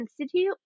Institute